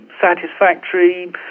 satisfactory